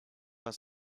was